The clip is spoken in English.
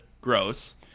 gross